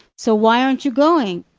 so why aren't you going?